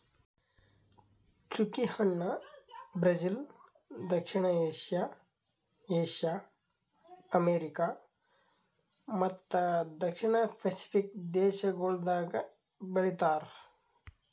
ಚ್ಚುಕಿ ಹಣ್ಣ ಬ್ರೆಜಿಲ್, ದಕ್ಷಿಣ ಏಷ್ಯಾ, ಏಷ್ಯಾ, ಅಮೆರಿಕಾ ಮತ್ತ ದಕ್ಷಿಣ ಪೆಸಿಫಿಕ್ ದೇಶಗೊಳ್ದಾಗ್ ಬೆಳಿತಾರ್